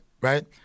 right